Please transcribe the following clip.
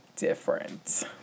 different